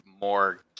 more